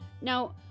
now